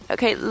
Okay